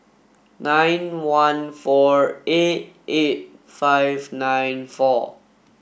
nine one four eight eight five nine four